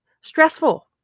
stressful